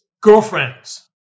Girlfriends